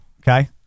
Okay